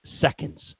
seconds